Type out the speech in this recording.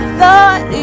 thought